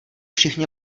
všichni